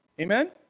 Amen